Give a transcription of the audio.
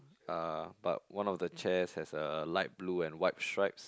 uh but one of the chairs has a light blue and white stripes